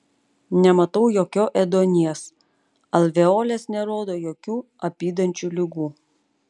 nematau jokio ėduonies alveolės nerodo jokių apydančių ligų